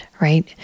right